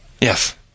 Yes